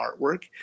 artwork